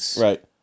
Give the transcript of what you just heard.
right